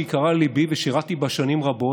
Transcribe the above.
שיקרה לליבי ושירתי בה שנים רבות,